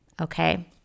Okay